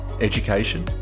education